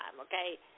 okay